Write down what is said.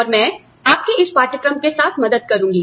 और मैं आपकी इस पाठ्यक्रम के साथ मदद करूंगी